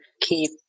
keep